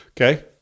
Okay